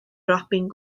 robin